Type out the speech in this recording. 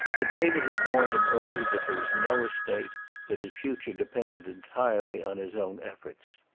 but david had warned him early that there was no estate that his future depended entirely on his own efforts.